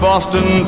Boston